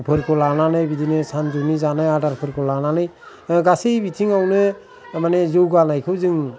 फोरखाै लानानै बिदिनो सानजाैनि जानाय आदारफोरखाै लानानै गासै बिथिंआवनो जाैगानायखाै जों